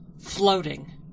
floating